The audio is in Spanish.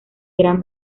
gran